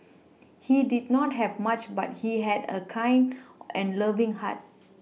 he did not have much but he had a kind and loving heart